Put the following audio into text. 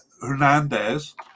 Hernandez